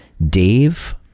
Dave